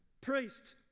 Priest